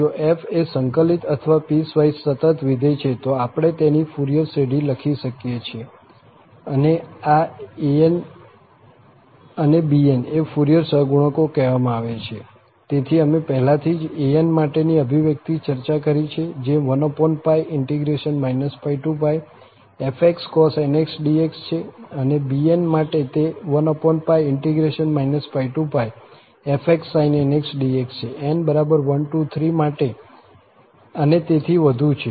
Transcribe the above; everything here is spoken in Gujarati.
જો f એ સંકલિત અથવા પીસવાઈસ સતત વિધેય છે તો આપણે તેની ફુરિયર શ્રેઢી લખી શકીએ છીએ અને આ an અને bn ને ફુરિયર સહગુણકો કહેવામાં આવે છેતેથી અમે પહેલાથી જ an માટેની અભિવ્યક્તિની ચર્ચા કરી છે જે 1∫ fcos⁡nxdx છે અને bn માટે તે 1∫ fsin⁡nxdx n 123 માટે અને તેથી વધુ છે